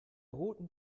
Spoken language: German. roten